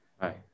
Hi